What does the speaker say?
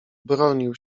bronił